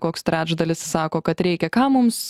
koks trečdalis sako kad reikia ką mums